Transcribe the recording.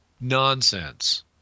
Nonsense